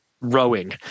rowing